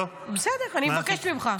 אני מבקשת ממך.